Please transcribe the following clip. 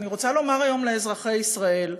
אני רצה לומר היום לאזרחי ישראל: